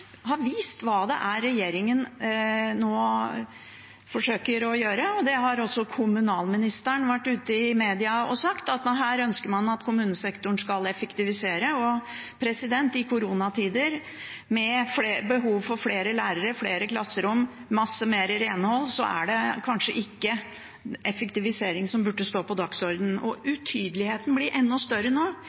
har også kommunalministeren vært ute i media og sagt, at her ønsker man at kommunesektoren skal effektivisere. I koronatider med behov for flere lærere, flere klasserom og mye mer renhold er det kanskje ikke effektivisering som burde stå på dagsordenen. Og utydeligheten blir enda større nå.